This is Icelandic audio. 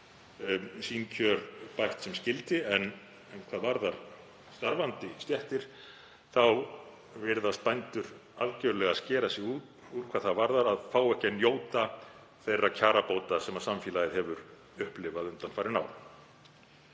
sín bætt sem skyldi, en hvað varðar starfandi stéttir þá virðast bændur algjörlega skera sig úr hvað það varðar að fá ekki að njóta þeirra kjarabóta sem samfélagið hefur upplifað undanfarin ár.